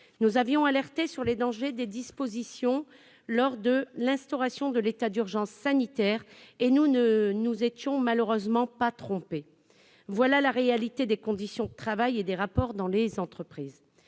Nous avions alerté sur les dangers des dispositions adoptées lors de l'instauration de l'état d'urgence sanitaire, et nous ne nous étions malheureusement pas trompés. Telle est la réalité des conditions de travail et des relations dans les entreprises